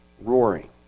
roaring